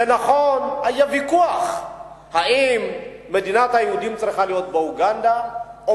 זה נכון שהיה ויכוח אם מדינת היהודים צריכה להיות באוגנדה או